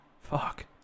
Fuck